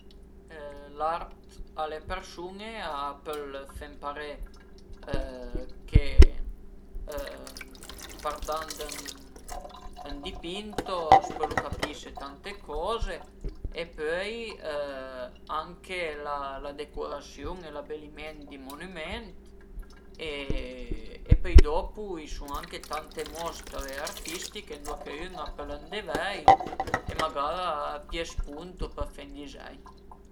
L'art a le persun-e a pöl fe ëmparé che vardand ën dipinto a s'pölu capise tante coze e pöi anche la la decurasiun e l'abeliment di munüment e pöi dopu a i sun anche tante mostre artistiche ëndua che ün a pöl andé vei e magara pìé spunto për fe ün dizegn